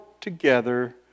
together